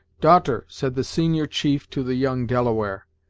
daughter, said the senior chief to the young delaware,